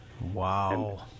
Wow